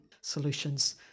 solutions